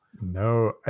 No